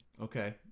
Okay